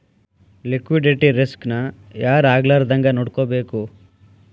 Liquidity risk ನ ಯಾರ್ ಆಗ್ಲಾರ್ದಂಗ್ ನೊಡ್ಕೊಬೇಕು?